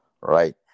right